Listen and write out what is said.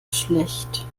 schlecht